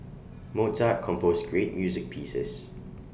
Mozart composed great music pieces